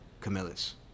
Camillus